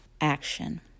Action